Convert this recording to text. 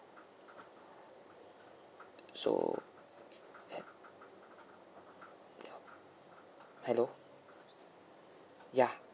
so he~ hello hello ya